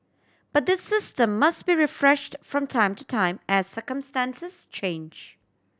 but this system must be refreshed from time to time as circumstances change